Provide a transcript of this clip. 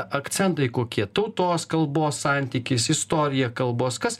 akcentai kokie tautos kalbos santykis istorija kalbos kas